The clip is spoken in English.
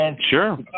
Sure